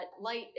light